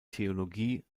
theologie